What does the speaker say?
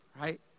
right